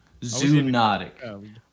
Zoonotic